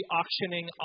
auctioning